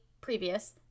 previous